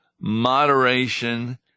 moderation